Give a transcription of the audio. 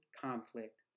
conflict